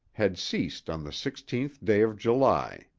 had ceased on the sixteenth day of july,